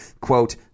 quote